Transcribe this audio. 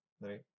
right